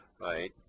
right